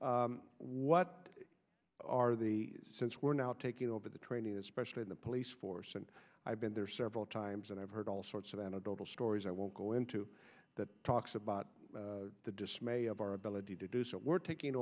what are the since we're now taking over the training especially in the police force and i've been there several times and i've heard all sorts of anecdotal stories i won't go into that talks about the dismay of our ability to do so we're taking